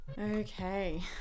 okay